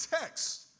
text